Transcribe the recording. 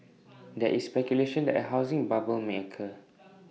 there is speculation that A housing bubble may occur